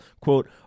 quote